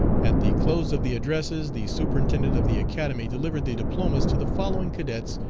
at the close of the addresses the superintendent of the academy delivered the diplomas to the following cadets,